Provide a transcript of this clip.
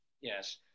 yes